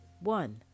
One